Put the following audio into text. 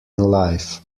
life